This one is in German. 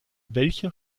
welche